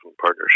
partnership